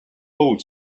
old